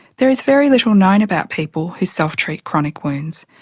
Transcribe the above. there is very little known about people who self-treat chronic wounds,